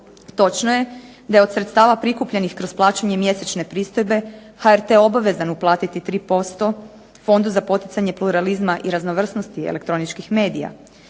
Točno je da je od sredstava prikupljenih kroz plaćanje mjesečne pristojbe HRT obavezan uplatiti 3% Fondu za poticanje pluralizma i raznovrsnosti elektroničkih medija.